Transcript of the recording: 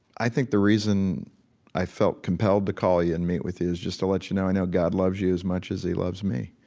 i think the reason i felt compelled to call you and meet with you is just to let you know i know god loves you as much as he loves me.